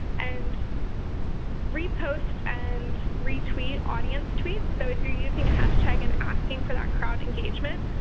and repost and retweet audience tweets. so if you're using a hashtag and asking for that crowd engagement,